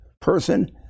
person